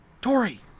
Tori